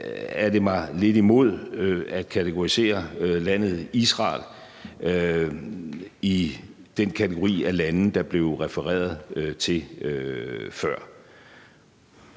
er det mig lidt imod at kategorisere landet Israel i den kategori af lande, der blev refereret til før.